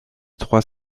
trois